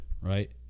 right